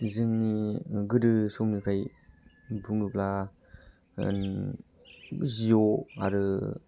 जोंनि गोदो समनिफ्राय बुङोब्ला जिय' आरो